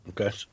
Okay